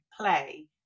play